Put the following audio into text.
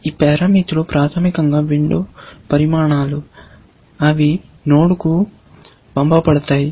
ఈ పారామితులు ప్రాథమికంగా విండో పరిమాణాలు అవి నోడ్కు పంపబడతాయి